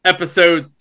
Episode